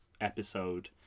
episode